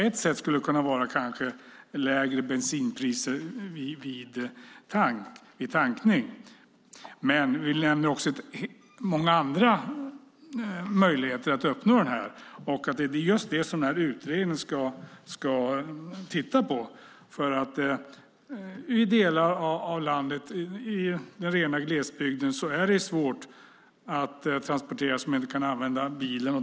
Ett sätt skulle kanske kunna vara lägre bensinpriser vid tankning, men vi lämnar också många andra möjligheter öppna. Det är just detta som utredningen ska titta på. I delar av landet - i den rena glesbygden - är det svårt att transporteras om man inte kan använda bilen.